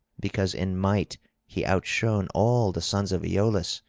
because in might he outshone all the sons of aeolus,